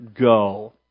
go